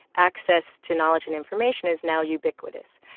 access to knowledge and information is now ubiquitous.